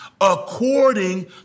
according